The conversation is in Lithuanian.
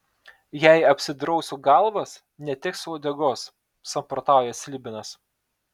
jei apsidrausiu galvas neteksiu uodegos samprotauja slibinas